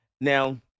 Now